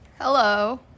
Hello